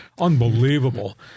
unbelievable